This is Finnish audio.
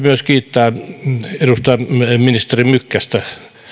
myös kiittää ministeri mykkästä